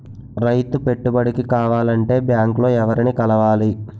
రైతు పెట్టుబడికి కావాలంటే బ్యాంక్ లో ఎవరిని కలవాలి?